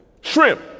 shrimp